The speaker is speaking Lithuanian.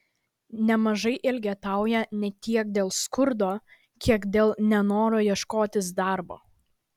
nemažai elgetauja ne tiek dėl skurdo kiek dėl nenoro ieškotis darbo